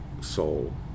soul